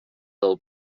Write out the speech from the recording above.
del